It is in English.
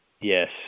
Yes